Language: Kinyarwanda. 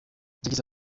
yagize